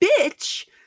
bitch